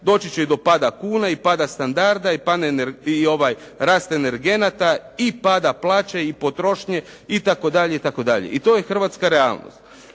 doći će i do pada kune i do pada standarda i raste energenata i pada plaće i potrošnje itd., itd.. Tko će biti